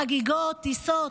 חגיגות, טיסות?